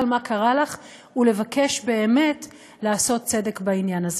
מה קרה לך ולבקש באמת לעשות צדק בעניין הזה.